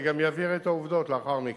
אני גם אבהיר את העובדות לאחר מכן.